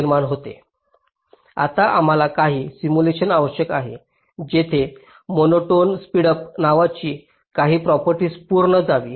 आता आम्हाला काही सिम्युलेशन आवश्यक आहे जेथे मोनोटोन स्पीडअप नावाची काही प्रॉपर्टी पूर्ण केली जावी